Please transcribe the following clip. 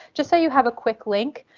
just, so you have a quick link.